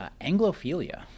Anglophilia